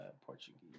Portuguese